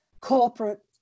corporate